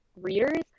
readers